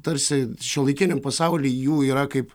tarsi šiuolaikiniam pasauly jų yra kaip